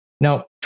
Now